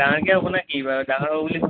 ডাঙাৰকে হ'বনে কি বাৰু ডাঙৰকে হ'ব বুলি শুনিছোঁ